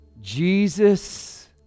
Jesus